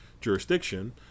jurisdiction